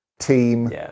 Team